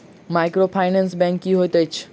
Microfinance bank की होइत अछि?